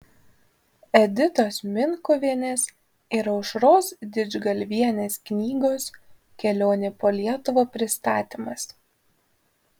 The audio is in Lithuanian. editos minkuvienės ir aušros didžgalvienės knygos kelionė po lietuvą pristatymas